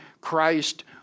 Christ